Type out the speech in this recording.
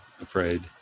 afraid